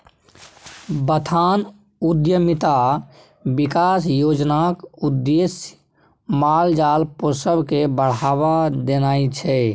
बथान उद्यमिता बिकास योजनाक उद्देश्य माल जाल पोसब केँ बढ़ाबा देनाइ छै